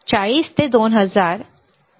40 ते 2000 मध्ये आहे